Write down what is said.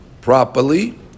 properly